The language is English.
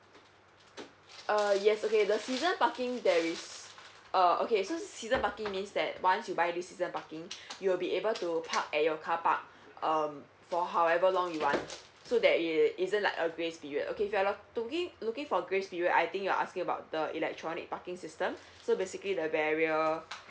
uh yes okay the season parking there is uh okay so season parking means that once you buy this season parking you will be able to park at your carpark um for however long you want so there it isn't like a grace period okay if you're like looking looking for grace period I think you're asking about the electronic parking system so basically the barrier